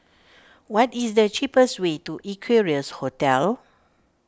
what is the cheapest way to Equarius Hotel